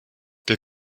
der